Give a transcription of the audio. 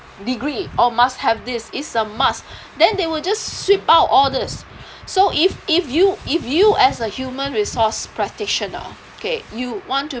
degree or must have this it's a must then they will just sweep out all this so if if you if you as a human resource practitioners okay you want to